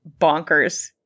bonkers